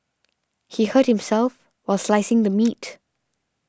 he hurt himself while slicing the meat